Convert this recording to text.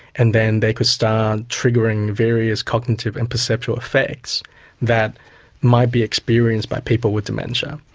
and then they could start triggering various cognitive and perceptual effects that might be experienced by people with dementia.